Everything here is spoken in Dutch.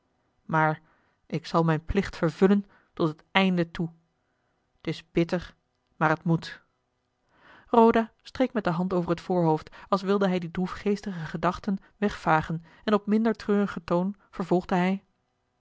maar ik zal mijn plicht vervullen tot het einde toe t is bitter maar het moet roda streek met de hand over het voorhoofd als wilde hij die droefgeestige gedachten wegvagen en op minder treurigen toon vervolgde hij